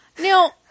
Now